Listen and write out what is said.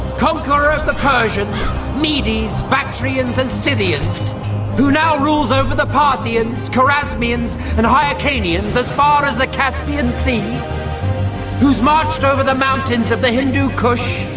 conqueror of the persians, medes, bactrians, and scythians who now rules over the parthians, chorasmians and hyrcanians as far as the caspian sea who's marched over the mountains of the hindu kush,